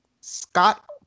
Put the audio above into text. Scott